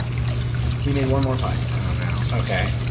we made one more podcast oh no. okay.